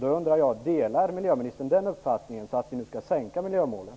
Nu undrar jag: Delar miljöministern den uppfattningen, så att vi nu skall ändra miljömålen?